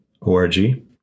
ORG